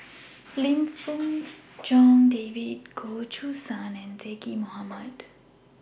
Lim Fong Jock David Goh Choo San and Zaqy Mohamad